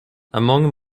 among